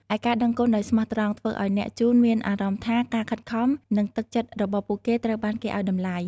ឯការដឹងគុណដោយស្មោះត្រង់ ធ្វើឲ្យអ្នកជូនមានអារម្មណ៍ថាការខិតខំ និងទឹកចិត្តរបស់ពួកគេត្រូវបានគេឱ្យតម្លៃ។